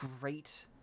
great